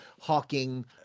hawking